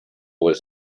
was